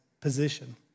position